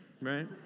right